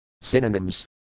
Synonyms